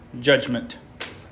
judgment